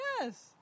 Yes